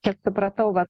kiek supratau vat